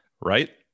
right